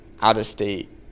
out-of-state